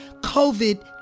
COVID